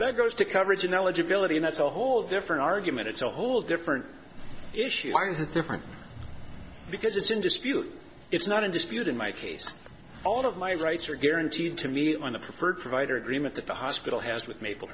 that goes to coverage and eligibility and that's a whole different argument it's a whole different issue why is it different because it's in dispute it's not in dispute in my case all of my rights are guaranteed to me on the preferred provider agreement that the hospital has with maple